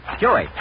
Joey